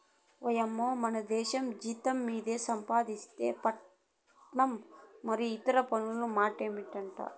ఓయమ్మో మనదేశంల జీతం మీద సంపాధిస్తేనే పన్నంట మరి ఇతర పన్నుల మాటెంటో